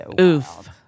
Oof